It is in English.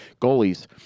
goalies